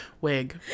wig